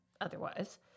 otherwise